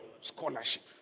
Scholarship